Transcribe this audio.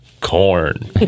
corn